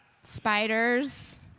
spiders